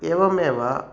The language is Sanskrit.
एवमेव